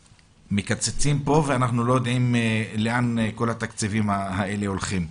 שמקצצים פה ואנחנו לא יודעים לאן כל התקציבים האלה הולכים.